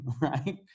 right